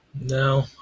No